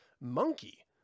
monkey